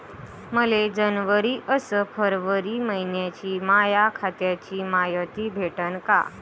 मले जनवरी अस फरवरी मइन्याची माया खात्याची मायती भेटन का?